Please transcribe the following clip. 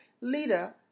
leader